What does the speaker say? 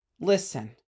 Listen